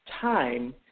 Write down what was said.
time